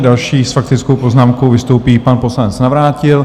Další s faktickou poznámkou vystoupí pan poslanec Navrátil.